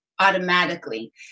automatically